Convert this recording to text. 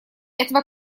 этого